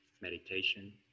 meditation